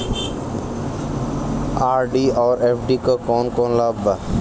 RD और FD क कौन कौन लाभ बा?